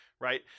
right